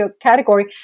category